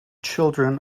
children